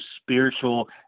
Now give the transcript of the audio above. spiritual